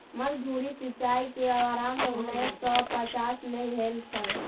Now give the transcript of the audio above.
मध्य धुरी सिचाई के आरम्भ उन्नैस सौ पचास में भेल छल